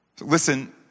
Listen